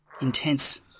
intense